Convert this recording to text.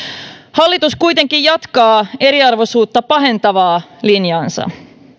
hallitus kuitenkin jatkaa eriarvoisuutta pahentavaa linjaansa